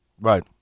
Right